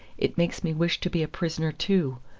it makes me wish to be a prisoner too.